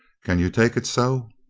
can you take it so?